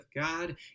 God